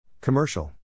Commercial